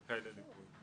זכאי לליווי.